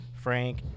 Frank